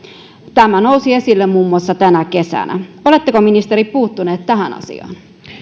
tämä nousi esille muun muassa tänä kesänä oletteko ministeri puuttunut tähän asiaan